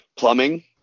Plumbing